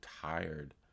tired